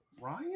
Ryan